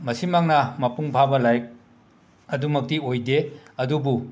ꯃꯁꯤꯃꯛꯅ ꯃꯄꯨꯡ ꯐꯥꯕ ꯂꯥꯏꯔꯤꯛ ꯑꯗꯨꯃꯛꯇꯤ ꯑꯣꯏꯗꯦ ꯑꯗꯨꯕꯨ